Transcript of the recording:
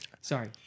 Sorry